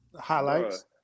Highlights